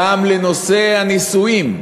גם לנושא הנישואין,